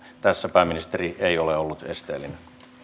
tässä pääministeri ei ole ollut esteellinen